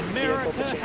America